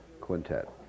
quintet